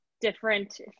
different